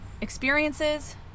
experiences